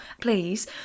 please